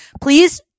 please